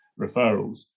referrals